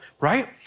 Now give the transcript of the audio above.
right